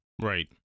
Right